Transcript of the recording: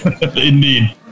indeed